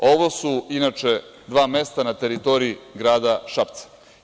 Ovo su inače dva mesta na teritoriji grada Šapca.